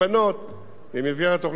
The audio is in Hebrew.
במסגרת תוכנית "נתיבי ישראל"